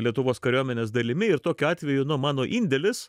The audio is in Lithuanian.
lietuvos kariuomenės dalimi ir tokiu atveju nu mano indėlis